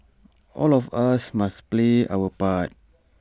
all of us must play our part